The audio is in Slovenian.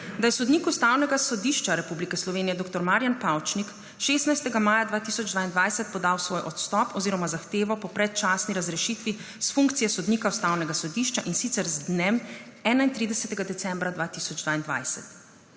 da je sodnik Ustavnega sodišča Republike Slovenije dr. Marijan Pavčnik 16. maja 2022 podal svoj odstop oziroma zahtevo po predčasni razrešitvi s funkcije sodnika Ustavnega sodišča, in sicer z dnem 31. decembra 2022.